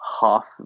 half